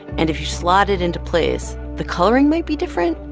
and if you slot it into place, the coloring might be different,